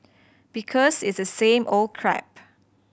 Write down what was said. because it's the same old crap